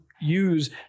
use